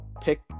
pick